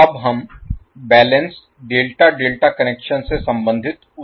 अब हम balanced delta delta connection से संबंधित उदाहरण लेते हैं